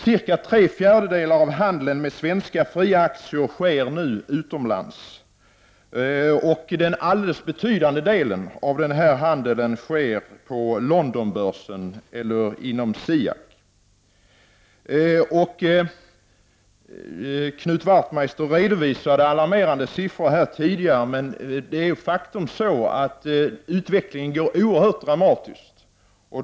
Cirka tre fjärdedelar av handeln med svenska fria aktier sker nu utomlands, och den mest betydande delen av denna handel sker på Londonbörsen eller inom SIAK. Knut Wachtmeister redovisade alarmerande siffror tidigare, men faktum är att utvecklingen är oerhört dramatisk.